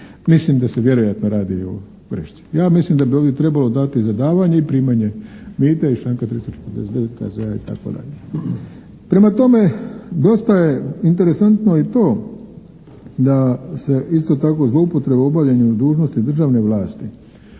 Mislim da se vjerojatno radi o grešci. Ja mislim da bi ovdje trebalo dati i za davanje i primanje mita iz članka 349. KZ-a itd. Prema tome dosta je interesantno i to da se isto tako zloupotreba u obavljanju dužnosti državne vlasti